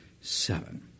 seven